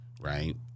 right